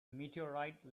meteorite